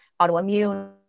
autoimmune